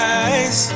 eyes